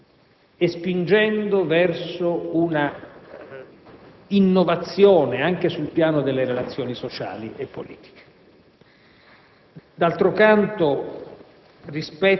grandi contraddizioni e sta spingendo verso un'innovazione anche sul piano delle relazioni sociali e politiche.